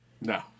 No